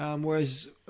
whereas